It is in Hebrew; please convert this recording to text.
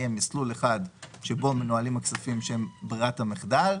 יהיה מסלול אחד שבו מנוהלים הכספים שהם ברירת המחדל,